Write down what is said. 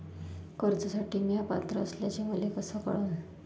कर्जसाठी म्या पात्र असल्याचे मले कस कळन?